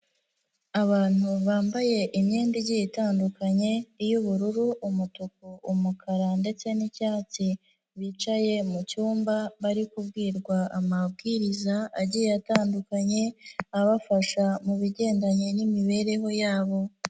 Abantu bambaye imyenda igiye itandukanye, iy'ubururu, umutuku, umukara ndetse n'icyatsi, bicaye mu cyumba, bari kubwirwa amabwiriza agiye atandukanye, abafasha mu bigendanye n'imibereho yabo.